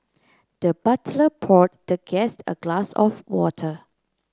the butler poured the guest a glass of water